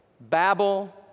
Babel